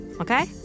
okay